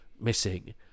missing